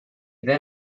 then